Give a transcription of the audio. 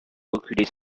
reculer